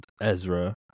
Ezra